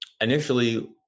Initially